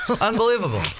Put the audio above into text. Unbelievable